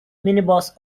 minibus